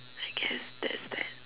I guess that's that